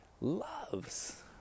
loves